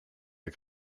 der